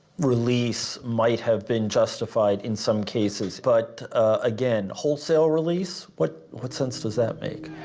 release might have been justified in some cases, but again, wholesale release what what sense does that make?